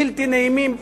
בלתי נעימים,